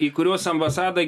į kuriuos ambasada